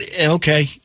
okay